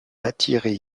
attirer